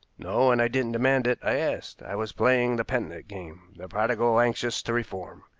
no and i didn't demand it, i asked. i was playing the penitent game, the prodigal anxious to reform.